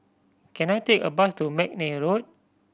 can I take a bus to McNair Road